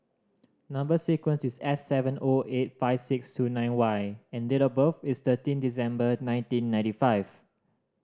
number sequence is S seven O eight five six two nine Y and date of birth is thirteen December nineteen ninety five